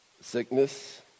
sickness